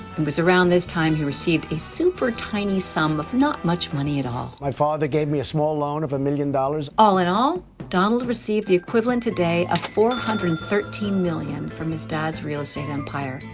and was around this time he received a super tiny sum of not much money at all. my father gave me a small loan of a million dollars. all in all donald received the equivalent today a four hundred and thirteen million from his dad's real estate empire.